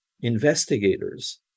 Investigators